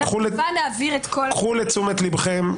קחו לתשומת ליבכם,